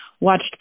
watched